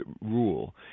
rule